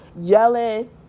yelling